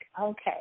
okay